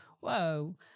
whoa